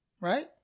right